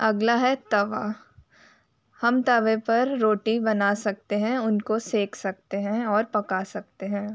अगला है तवा हम तवे पर रोटी बना सकते हैं उनको सेंक सकते हैं और पका सकते हैं